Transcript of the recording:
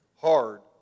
hard